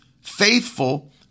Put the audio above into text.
faithful